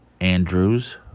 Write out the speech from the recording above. Andrews